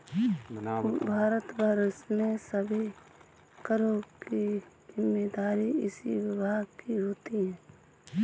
भारत भर में सभी करों की जिम्मेदारी इसी विभाग की होती है